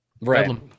right